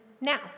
now